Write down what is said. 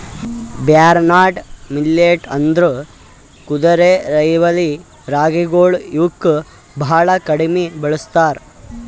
barnyard millet ಅಂದುರ್ ಕುದುರೆರೈವಲಿ ರಾಗಿಗೊಳ್ ಇವುಕ್ ಭಾಳ ಕಡಿಮಿ ಬೆಳುಸ್ತಾರ್